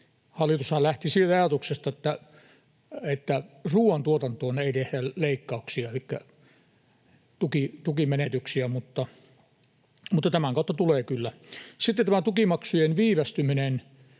Hallitushan lähti siitä ajatuksesta, että ruoantuotantoon ei tehdä leikkauksia elikkä tukimenetyksiä, mutta tämän kautta tulee kyllä. Sitten tämä tukimaksujen viivästyminen